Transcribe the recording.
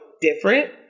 different